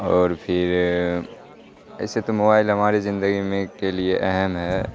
اور پھر ایسے تو موبائل ہماری زندگی میں کے لیے اہم ہے